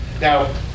Now